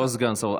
לא סגן שר.